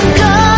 go